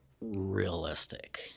realistic